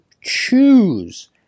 choose